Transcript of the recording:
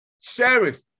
sheriff